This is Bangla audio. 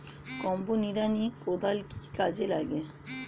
কম্বো নিড়ানি কোদাল কি কাজে লাগে?